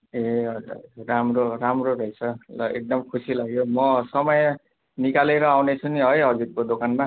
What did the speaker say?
ए हजुर राम्रो राम्रो रहेछ एकदम खुसी लाग्यो म समय ननिकालेर आउनेछु नि है हजुरको दोकानमा